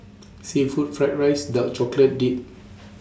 Seafood Fried Rice Dark Chocolate Dipped